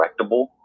correctable